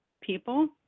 people